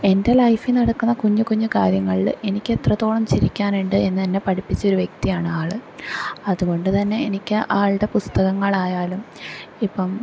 എൻ്റെ ലൈഫിൽ നടക്കുന്ന കുഞ്ഞി കുഞ്ഞി കാര്യങ്ങളില് എനിക്കെത്രത്തോളം ചിരിക്കാനുണ്ട് എന്ന് എന്നെ പഠിപ്പിച്ചൊരു വ്യക്തിയാണ് ആള് അതുകൊണ്ട് തന്നെ എനിക്ക് ആളുടെ പുസ്തകങ്ങളായാലും ഇപ്പം